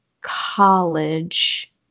college